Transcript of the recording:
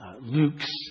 Luke's